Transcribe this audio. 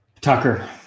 Tucker